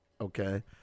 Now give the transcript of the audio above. Okay